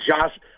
Josh